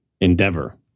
endeavor